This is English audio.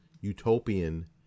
utopian